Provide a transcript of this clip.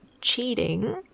cheating